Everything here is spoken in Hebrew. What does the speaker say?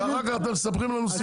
ואחר כך אתם מספרים לנו סיפורים.